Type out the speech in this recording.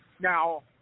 Now